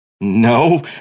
no